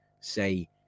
say